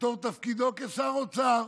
בתור תפקידו כשר האוצר,